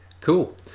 Cool